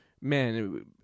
man